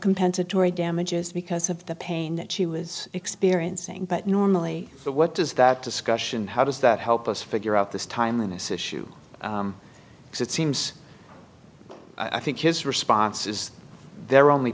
compensatory damages because of the pain that she was experiencing but normally the what does that discussion how does that help us figure out this timeliness issue because it seems i think his response is their only